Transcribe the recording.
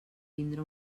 vindre